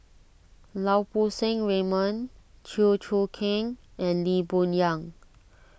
Lau Poo Seng Raymond Chew Choo Keng and Lee Boon Yang